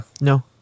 no